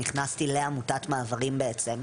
נכנסתי לעמותת מעברים בעצם.